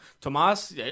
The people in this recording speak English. Tomas